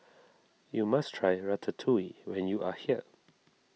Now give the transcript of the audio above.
you must try Ratatouille when you are here